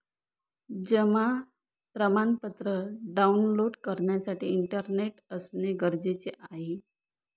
जमा प्रमाणपत्र डाऊनलोड करण्यासाठी इंटरनेट असणे गरजेचे आहे